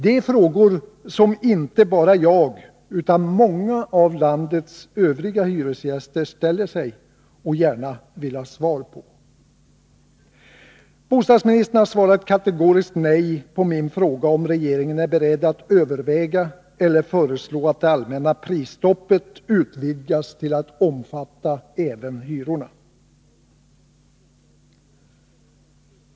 Det är frågor som inte bara jag utan många av landets övriga hyresgäster ställer sig och gärna vill ha svar på. Bostadsministern har svarat kategoriskt nej på min fråga om regeringen är beredd att överväga eller föreslå att det allmänna prisstoppet utvidgas till att omfatta även hyrorna.